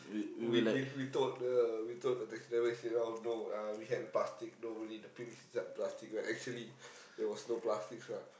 we we we told the we told the taxi driver say oh no uh we had plastic don't worry the puke is inside the plastic bag actually there was no plastics lah